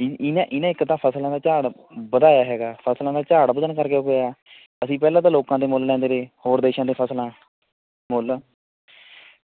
ਇ ਇਹਨੇ ਇਹਨੇ ਇੱਕ ਤਾਂ ਫਸਲਾਂ ਦਾ ਝਾੜ੍ਹ ਵਧਾਇਆ ਹੈਗਾ ਫਸਲਾਂ ਦਾ ਝਾੜ੍ਹ ਵਧਣ ਕਰਕੇ ਹੋਇਆ ਅਸੀਂ ਪਹਿਲਾਂ ਤਾਂ ਲੋਕਾਂ ਤੇ ਮੁੱਲ ਲੈਂਦੇ ਤੇ ਹੋਰ ਦੇਸ਼ਾਂ 'ਤੇ ਫਸਲਾਂ ਮੁੱਲ